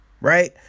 right